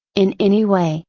in any way,